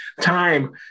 time